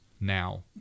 Now